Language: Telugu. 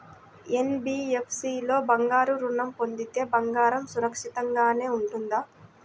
ఎన్.బీ.ఎఫ్.సి లో బంగారు ఋణం పొందితే బంగారం సురక్షితంగానే ఉంటుందా?